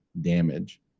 Damage